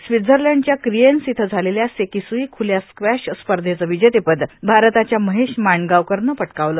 स्वित्झर्लंडच्या क्रिएन्स इथं झालेल्या सेकिसुई खुल्या स्क्वॅश स्पर्धेचं विजेतेपद भारताच्या महेश मांडगावकरनं पटकावलं